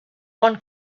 one